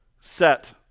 set